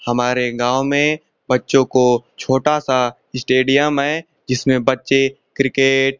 हमारे गाँव में बच्चों को छोटा सा इस्टेडियम है जिसमें बच्चे किर्केट